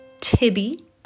Tibby